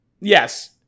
yes